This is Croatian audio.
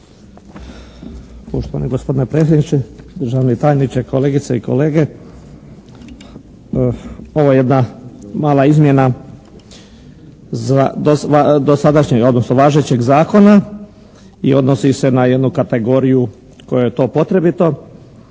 Poštovani gospodine predsjedniče, državni tajniče, kolegice i kolege. Ovo je jedna mala izmjena dosadašnjeg, odnosno važećeg zakona i odnosi se na jednu kategoriju kojoj je to potrebito